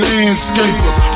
landscapers